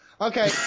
Okay